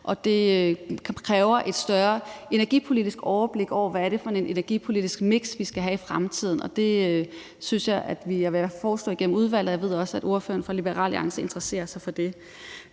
og det kræver et større energipolitisk overblik over, hvad det er for et energipolitisk miks, vi skal have i fremtiden, og det vil jeg også foreslå igennem udvalget, og jeg ved også, at ordføreren fra Liberal Alliance interesserer sig for det.